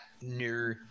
new